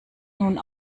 nun